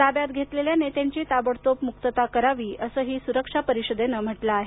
ताब्यात घेतलेल्या नेत्यांची ताबडतोब मुक्तता करावी असंही सुरक्षा परिषदेनं म्हटलं आहे